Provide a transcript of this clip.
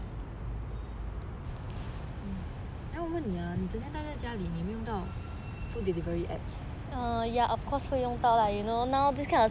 then 我问你 ah 你整天待在家里你有没有用到 food delivery app